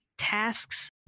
tasks